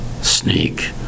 Sneak